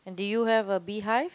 and do you have a beehive